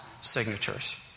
signatures